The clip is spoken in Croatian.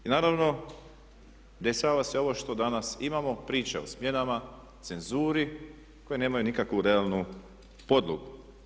I naravno, dešava se ovo što danas imamo, priče o smjenama, cenzuri koje nemaju nikakvu realnu podlogu.